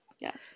yes